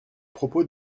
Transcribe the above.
propos